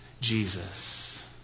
Jesus